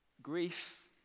Grief